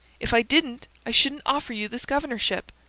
if i didn't, i shouldn't offer you this governorship.